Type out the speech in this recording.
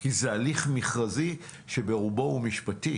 כי זה הליך מכרזי שברובו הוא משפטי